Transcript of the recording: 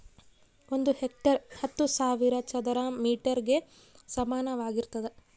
ಒಂದು ಹೆಕ್ಟೇರ್ ಹತ್ತು ಸಾವಿರ ಚದರ ಮೇಟರ್ ಗೆ ಸಮಾನವಾಗಿರ್ತದ